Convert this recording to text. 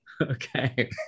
Okay